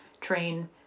train